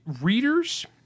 readers